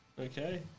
Okay